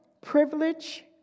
privilege